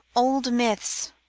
old myths,